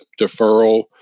deferral